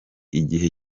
igihe